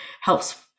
helps